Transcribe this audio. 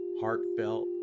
heartfelt